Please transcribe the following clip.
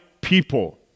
people